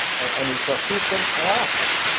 and so systems and assets. ah